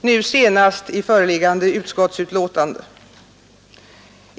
nu senast i föreliggande utskottsutlåtande.